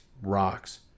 rocks